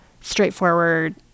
straightforward